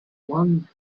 one